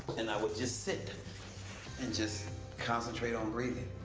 and i would just sit and just concentrate on breathing.